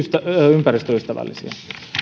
ympäristöystävällisiä